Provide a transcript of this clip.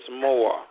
more